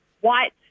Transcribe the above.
white